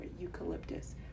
eucalyptus